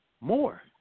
more